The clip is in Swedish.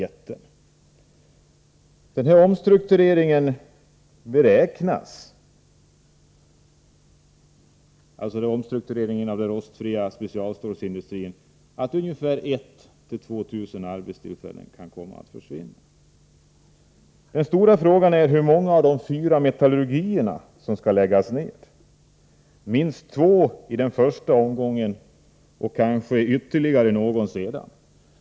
Med denna omstrukturering av den rostfria specialstålsindustrin beräknas att ungefär 1 000-2 000 arbetstillfällen kan komma att försvinna. Den stora frågan är hur många av de fyra metallurgierna som skall läggas ner. Det är minst två i den första omgången och kanske ytterligare någon senare.